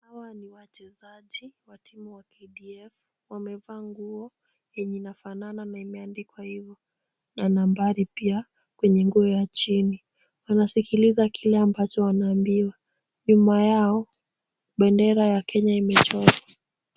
Hawa ni wachezaji wa timu ya KDF. Wamevaa nguo yenye inafanana na imeandikwa hivyo na nambari pia kwenye nguo ya chini. Wanasikiliza kile ambacho wanaambiwa. Nyuma yao bendera ya Kenya imechorwa.